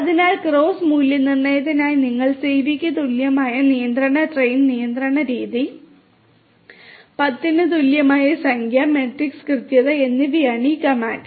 അതിനാൽ ക്രോസ് മൂല്യനിർണ്ണയത്തിനായി നിങ്ങൾ സിവിക്ക് തുല്യമായ നിയന്ത്രണ ട്രെയിൻ നിയന്ത്രണ രീതി 10 ന് തുല്യമായ സംഖ്യ മെട്രിക് കൃത്യത എന്നിവയാണ് ഈ കമാൻഡ്